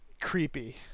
Creepy